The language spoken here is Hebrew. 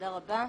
תודה רבה.